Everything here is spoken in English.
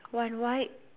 one white